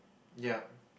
yup